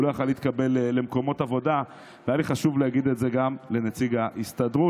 היה לי חשוב להגיד את זה גם לנציג ההסתדרות.